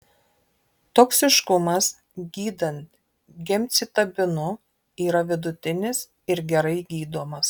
toksiškumas gydant gemcitabinu yra vidutinis ir gerai gydomas